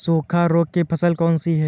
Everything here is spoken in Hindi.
सूखा रोग की फसल कौन सी है?